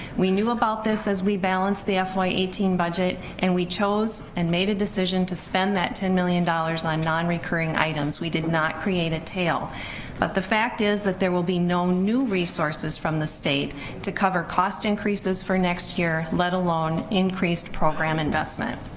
we knew about this as we balance the fy eighteen budget and we and made a decision to spend that ten million dollars on non recurring items, we did not create a tail but the fact is that there will be no new resources from the state to cover cost increases for next year, let alone increased program investment.